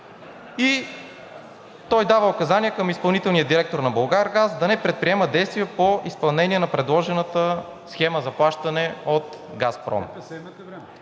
и той дава указания към изпълнителния директор на „Булгаргаз“ да не предприема действия по изпълнение на предложената схема за плащане от „Газпром“.